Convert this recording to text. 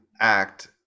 act